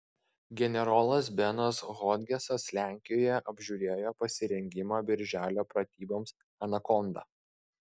generolas benas hodgesas lenkijoje apžiūrėjo pasirengimą birželio pratyboms anakonda